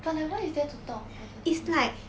but like what is there to talk for thirty minutes